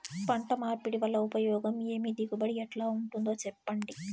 పంట మార్పిడి వల్ల ఉపయోగం ఏమి దిగుబడి ఎట్లా ఉంటుందో చెప్పండి?